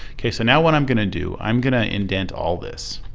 k. so now what i'm going to do, i'm going to indent all this.